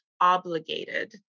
obligated